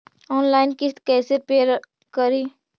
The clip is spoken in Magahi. ऑनलाइन किस्त कैसे पेड करि?